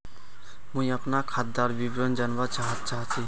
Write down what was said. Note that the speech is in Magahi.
मुई अपना खातादार विवरण जानवा चाहची?